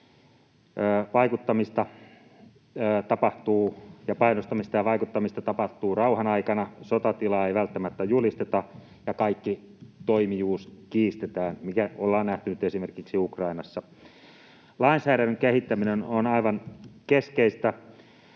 painostamista ja vaikuttamista tapahtuu rauhan aikana, sotatilaa ei välttämättä julisteta, ja kaikki toimijuus kiistetään, mikä ollaan nähty nyt esimerkiksi Ukrainassa. Lainsäädännön kehittäminen on aivan keskeistä.